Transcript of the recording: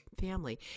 family